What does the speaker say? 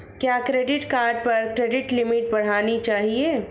क्या credit card पर credit limit बढ़ानी चाहिए?